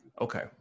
Okay